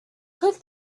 click